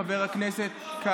לא ייתכן, חבר הכנסת כץ,